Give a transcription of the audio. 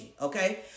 Okay